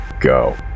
go